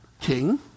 King